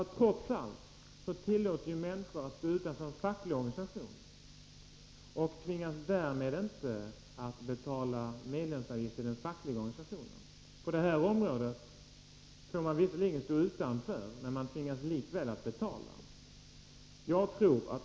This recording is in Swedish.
Trots allt tillåts ju människor att stå utanför fackliga organisationer och tvingas inte att ändå betala medlemsavgifter. På detta område får man visserligen stå utanför, men man tvingas likväl att betala.